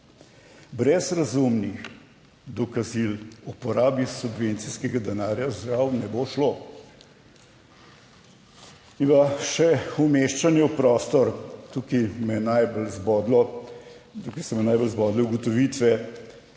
Brez razumnih dokazil o porabi subvencijskega denarja žal ne bo šlo. In pa še umeščanje v prostor, tukaj me je najbolj zbodlo in